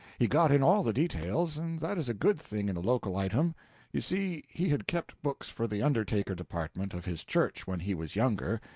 he got in all the details, and that is a good thing in a local item you see, he had kept books for the undertaker-department of his church when he was younger,